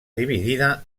dividida